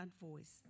voice